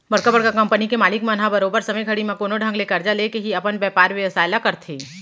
बड़का बड़का कंपनी के मालिक मन ह बरोबर समे घड़ी म कोनो ढंग के करजा लेके ही अपन बयपार बेवसाय ल करथे